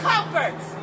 comforts